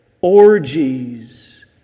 orgies